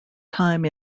time